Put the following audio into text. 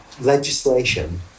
legislation